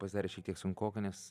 pasidarė šiek tiek sunkoka nes